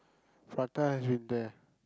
prata has been there